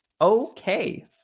okay